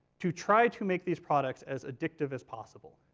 to try to make these products as addictive as possible.